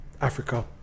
Africa